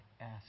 ask